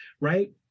right